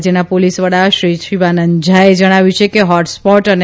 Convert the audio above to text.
રાજ્યના પોલીસવડા શ્રી શિવાનંદ ઝાએ જણાવ્યું છે કે હોટસ્પોટ અને